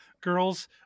Girls